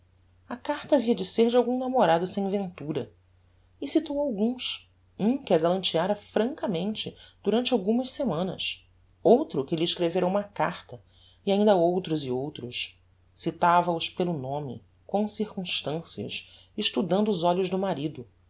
a carta havia de ser de algum namorado sem ventura e citou alguns um que a galanteára francamente durante algumas semanas outro que lhe escrevera uma carta e ainda outros e outros citava os pelo nome com circumstancias estudando os